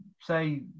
say